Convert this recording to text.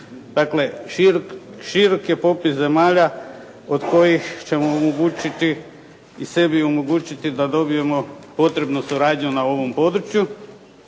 Dakle, širok je popis zemalja od kojih ćemo omogućiti i sebi omogućiti da dobijemo potrebnu suradnju na ovom području,